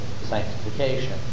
sanctification